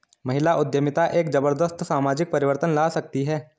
महिला उद्यमिता एक जबरदस्त सामाजिक परिवर्तन ला सकती है